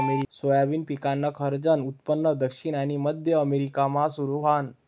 soybean पिकनं खरंजनं उत्पन्न दक्षिण आनी मध्य अमेरिकामा सुरू व्हयनं